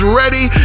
ready